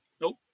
Nope